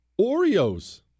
Oreos